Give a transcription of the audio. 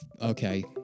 okay